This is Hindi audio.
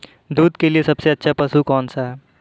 दूध के लिए सबसे अच्छा पशु कौनसा है?